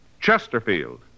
Chesterfield